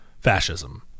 fascism